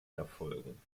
erfolgen